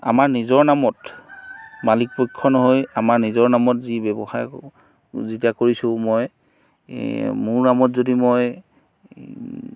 আমাৰ নিজৰ নামত মালিকপক্ষ নহৈ আমাৰ নিজৰ নামত যি ব্যৱসায় যেতিয়া কৰিছোঁ মই মোৰ নামত যদি মই